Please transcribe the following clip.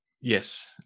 Yes